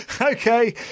Okay